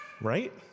right